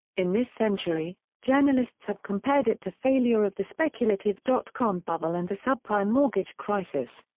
in this century, journalists have compared it to failure of the speculative dot-com bubble and the subprime mortgage crisis.